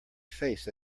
face